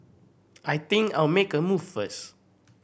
I think I'll make a move first